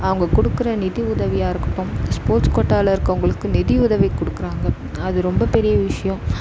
அவங்க கொடுக்குற நிதி உதவியாக இருக்கட்டும் ஸ்போர்ட்ஸ் கோட்டாவில் இருக்கவங்களுக்கு நிதி உதவி கொடுக்குறாங்க அது ரொம்ப பெரிய விஷயம்